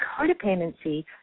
codependency